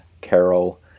Carol